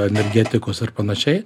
energetikos ar panašiai